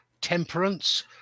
temperance